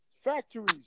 factories